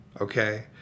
okay